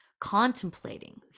contemplating